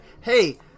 Hey